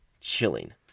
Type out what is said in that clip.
Chilling